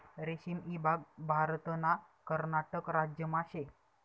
रेशीम ईभाग भारतना कर्नाटक राज्यमा शे